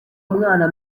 umwana